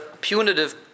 punitive